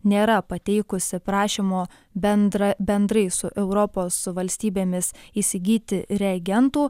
nėra pateikusi prašymo bendra bendrai su europos valstybėmis įsigyti reagentų